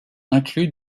inclus